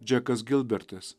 džekas gilbertas